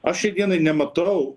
aš šiai dienai nematau